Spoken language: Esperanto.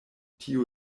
tiu